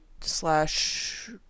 slash